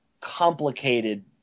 complicated